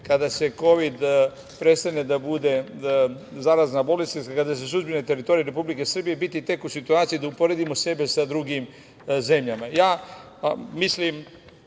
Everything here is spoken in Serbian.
kada kovid prestane da bude zarazna bolest i kada se suzbije na teritoriji Republike Srbije, biti tek u situaciji da uporedimo sebe sa drugim zemljama. Mislim